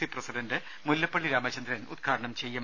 C president Mullappally Ramachandran ഉദ്ഘാടനം ചെയ്യും